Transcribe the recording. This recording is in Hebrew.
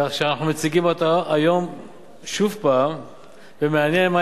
כך שאנחנו מציגים אותה היום שוב ומעניין מה